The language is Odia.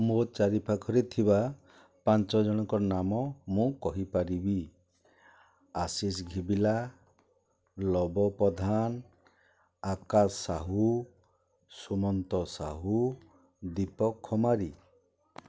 ମୋ ଚାରିପାଖରେ ଥିବା ପାଞ୍ଚଜଣଙ୍କର ନାମ ମୁଁ କହିପାରିବି ଆଶିଷ ଘିବିଲା ଲବ ପ୍ରଧାନ ଆକାଶ ସାହୁ ସୁମନ୍ତ ସାହୁ ଦୀପକ ଖମାରୀ